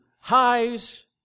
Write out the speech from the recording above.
highs